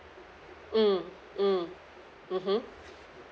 mm mm mmhmm